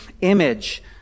image